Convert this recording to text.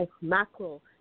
macro